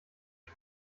tod